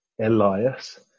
elias